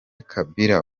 kabila